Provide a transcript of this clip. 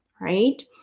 right